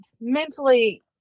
mentally